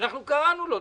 קראנו לו,